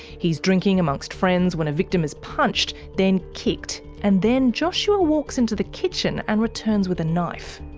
he's drinking among so friends when a victim is punched, then kicked, and then joshua walks into the kitchen and returns with a knife.